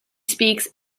speaks